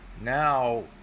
now